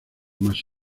más